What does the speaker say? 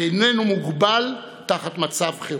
מוגבל תחת מצב חירום,